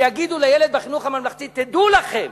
שיגידו לילדים בחינוך הממלכתי: תדעו לכם